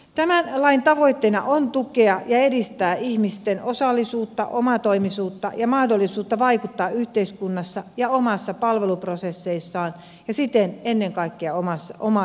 tämän lain tavoitteena on tukea ja edistää ihmisten osallisuutta omatoimisuutta ja mahdollisuutta vaikuttaa yhteiskunnassa ja omissa palveluprosesseissaan ja siten ennen kaikkea omaan elämäänsä